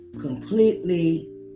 completely